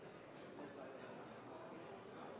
Det ser